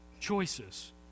choices